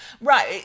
Right